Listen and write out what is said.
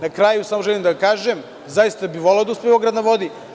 Na kraju, samo želim da vam kažem, zaista bih voleo da uspe „Beograd na vodi“